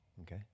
Okay